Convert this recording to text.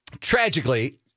Tragically